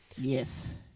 Yes